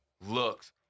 looks